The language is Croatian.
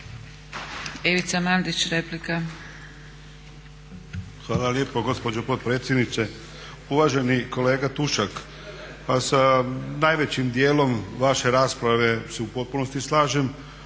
Ivica (HNS)** Hvala lijepo gospođo potpredsjednice. Uvaženi kolega Tušak, pa sa najvećim dijelom vaše rasprave se u potpunosti slažem.